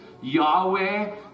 Yahweh